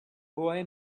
boy